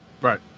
Right